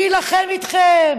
אני אילחם איתכם,